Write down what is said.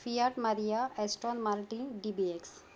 Fiat Maria Aston Martin D B x